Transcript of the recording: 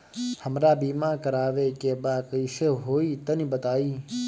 हमरा बीमा करावे के बा कइसे होई तनि बताईं?